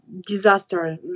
disaster